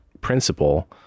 principle